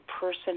person